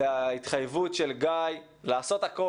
זה ההתחייבות של גיא לעשות הכול